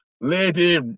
lady